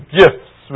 gifts